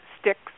sticks